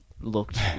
looked